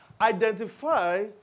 Identify